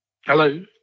Hello